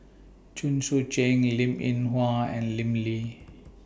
Chen Sucheng Linn in Hua and Lim Lee